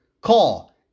Call